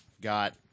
Got